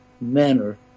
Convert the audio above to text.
manner